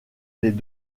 les